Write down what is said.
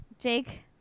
Jake